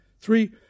three